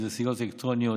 אם זה סיגריות אלקטרוניות,